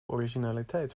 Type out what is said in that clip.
originaliteit